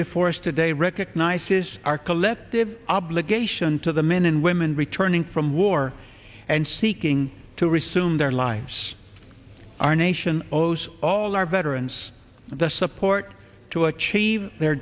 before us today recognizes our collective obligation to the men and women returning from war and seeking to re sume their lives our nation owes all our veterans the support to achieve their